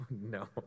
no